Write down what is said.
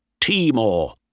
Timor